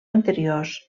anteriors